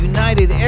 United